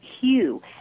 hue